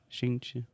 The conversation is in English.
gente